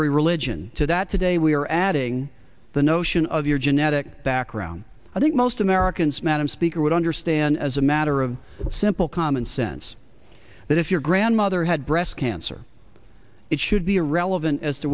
religion to that today we are adding the notion of your genetic background i think most americans madam speaker would understand as a matter of simple common sense that if your grandmother had breast cancer it should be irrelevant as to